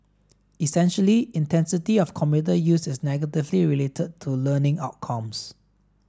essentially intensity of computer use is negatively related to learning outcomes